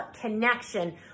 connection